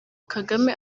kagame